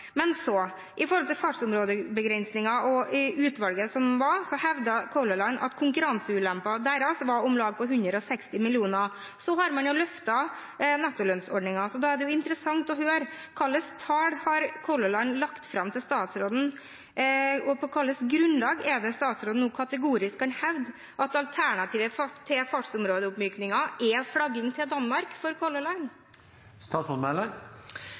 og utvalget, hevdet Color Line at konkurranseulempen deres var på om lag 160 mill. kr. Så har man løftet nettolønnsordningen. Da er det interessant å høre: Hvilke tall har Color Line lagt fram for statsråden, og på hvilket grunnlag er det statsråden nå kategorisk kan hevde at alternativet til fartsområdeoppmykningen er flagging til Danmark for Color